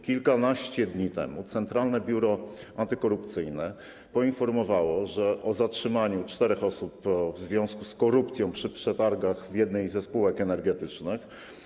Kilkanaście dni temu Centralne Biuro Antykorupcyjne poinformowało o zatrzymaniu czterech osób w związku z korupcją przy przetargach w jednej ze spółek energetycznych.